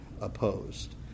opposed